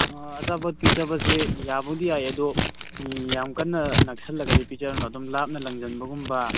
ꯑꯆꯥꯄꯣꯠ ꯄꯤꯖꯕꯁꯦ ꯌꯥꯕꯨꯗꯤ ꯌꯥꯏ ꯑꯗꯣ ꯌꯥꯝ ꯀꯟꯅ ꯅꯛꯁꯜꯂꯒꯗꯤ ꯄꯤꯖꯔꯨꯅꯣ ꯑꯗꯨꯝ ꯂꯥꯞꯅ ꯂꯪꯁꯤꯟꯕꯒꯨꯝꯕ